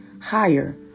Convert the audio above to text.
higher